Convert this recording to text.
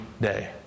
day